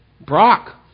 Brock